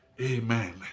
Amen